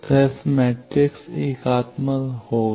तो S matrix एकात्मक होगा